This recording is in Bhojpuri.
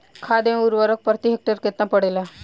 खाध व उर्वरक प्रति हेक्टेयर केतना पड़ेला?